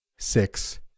Six